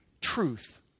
truth